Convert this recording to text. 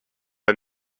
der